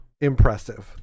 Impressive